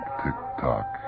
tick-tock